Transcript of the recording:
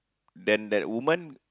then that woman